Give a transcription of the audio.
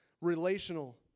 relational